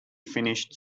finished